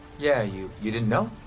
yeah. you you didn't know?